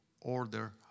order